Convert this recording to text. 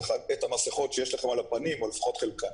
את המסכות שיש לכם על הפנים או לפחות חלקן.